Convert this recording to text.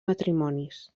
matrimonis